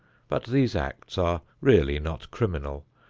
but these acts are really not criminal.